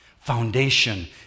foundation